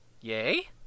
Yay